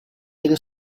delle